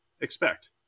expect